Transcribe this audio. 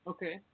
Okay